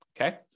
okay